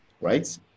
right